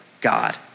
God